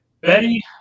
Betty